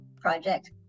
project